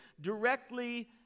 directly